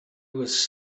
was